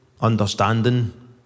understanding